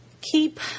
keep